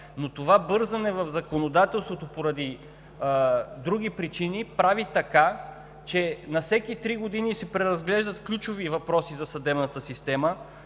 Това бързане в законодателството поради други причини прави така, че на всеки три години се преразглеждат ключови въпроси за съдебната система,